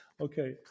Okay